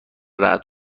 رعد